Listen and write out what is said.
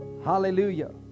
Hallelujah